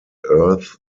earth